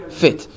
fit